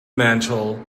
mantel